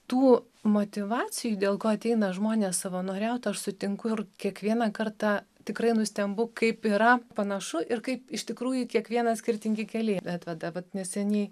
tų motyvacijų dėl ko ateina žmonės savanoriaut aš sutinku ir kiekvieną kartą tikrai nustembu kaip yra panašu ir kaip iš tikrųjų kiekvieną skirtingi keliai atveda vat neseniai